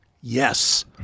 yes